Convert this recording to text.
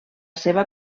seva